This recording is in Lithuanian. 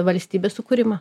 valstybės sukūrimą